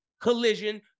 Collision